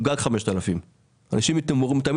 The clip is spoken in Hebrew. גג 5,000. אנשים מתי מתעוררים?